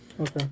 Okay